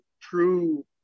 true